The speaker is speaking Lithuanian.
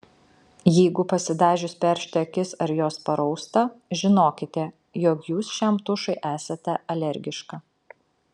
jeigu pasidažius peršti akis ar jos parausta žinokite jog jūs šiam tušui esate alergiška